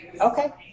Okay